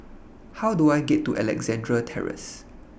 How Do I get to Alexandra Terrace